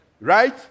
right